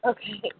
Okay